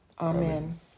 Amen